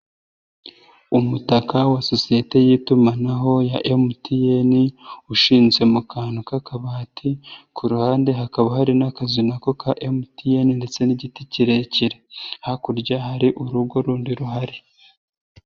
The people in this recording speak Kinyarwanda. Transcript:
Umutaka wa sosiyete y'itumanaho ya MTN, ushinze mu kantu k'akabati, ku ruhande hakaba hari n'akazu na ko ka MTN ndetse n'igiti kirekire. Hakurya hari urugo rundi ruhari.